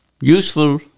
useful